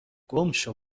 گمشو